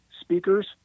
Speakers